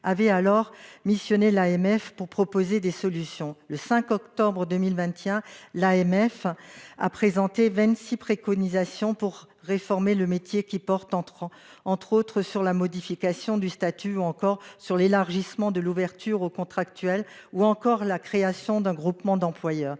d'intercommunalité (AMF) pour proposer des solutions. Le 5 octobre 2021, l'AMF a présenté 26 préconisations pour réformer le métier, qui portent entre autres sur la modification du statut, l'élargissement de l'ouverture aux contractuels ou encore la création d'un regroupement d'employeurs.